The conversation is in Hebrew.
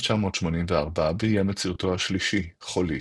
ב-1984, ביים את סרטו השלישי, "חולית".